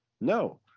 No